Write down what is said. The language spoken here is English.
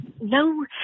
no